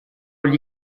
gli